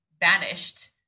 banished